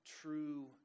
true